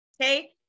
okay